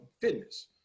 fitness